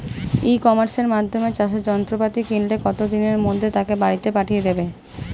ই কমার্সের মাধ্যমে চাষের যন্ত্রপাতি কিনলে কত দিনের মধ্যে তাকে বাড়ীতে পাঠিয়ে দেবে?